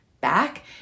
back